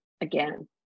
again